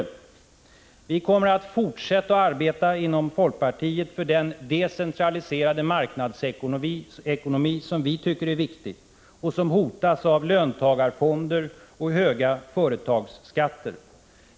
Vi inom folkpartiet kommer att fortsätta att arbeta för den decentraliserade marknadsekonomi som vi tycker är viktig och som hotas av löntagarfonder och höga företagsskatter.